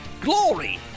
Glory